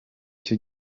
cyo